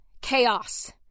Chaos